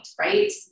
right